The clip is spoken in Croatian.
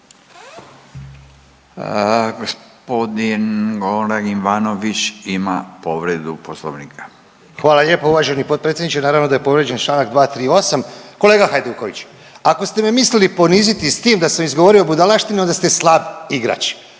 Poslovnika. **Ivanović, Goran (HDZ)** Hvala lijepo uvaženi potpredsjedniče. Naravno da je povrijeđen čl. 238. Kolega Hajduković, ako ste me mislili poniziti s tim da sam izgovorio budalaštine, onda ste slab igrač.